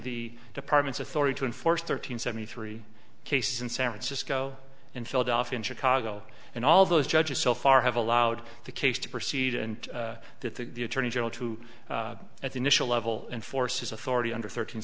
the department's authority to enforce thirteen seventy three cases in san francisco in philadelphia in chicago and all those judges so far have allowed the case to proceed and that the attorney general to at the initial level enforces authority under thirteen